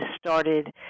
started